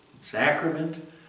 sacrament